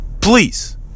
Please